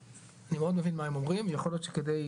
אני רואה ומבין מה הם אומרים ויכול להיות שעל מנת,